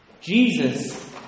Jesus